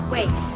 Wait